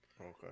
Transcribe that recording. okay